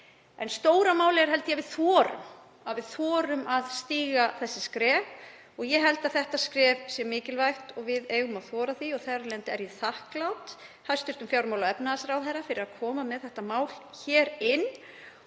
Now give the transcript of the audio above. En stóra málið er að við þorum að stíga þessi skref. Ég held að þetta skref sé mikilvægt og við eigum að þora að stíga það. Þess vegna er ég þakklát hæstv. fjármála- og efnahagsráðherra fyrir að koma með þetta mál hér inn